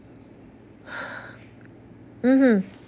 mmhmm